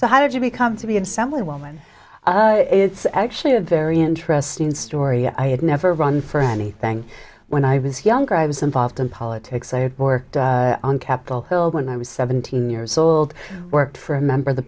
so how did you become to be a family woman it's actually a very interesting story i had never run for anything when i was younger i was involved in politics i had more on capitol hill when i was seventeen years old worked for a member of the